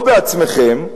או בעצמכם,